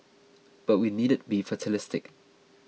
but we needn't be fatalistic